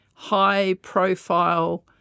high-profile